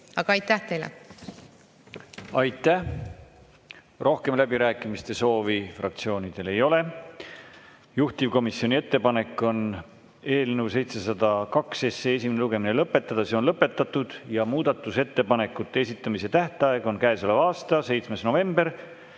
Aga aitäh teile! Aitäh! Rohkem läbirääkimiste soovi fraktsioonidel ei ole. Juhtivkomisjoni ettepanek on eelnõu 702 esimene lugemine lõpetada, see on lõpetatud. Ja muudatusettepanekute esitamise tähtaeg on käesoleva aasta 7. november